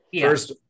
First